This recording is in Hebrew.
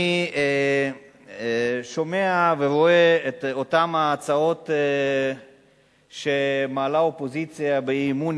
אני שומע ורואה את אותן הצעות שמעלה האופוזיציה בהצעות האי-אמון,